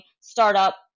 startup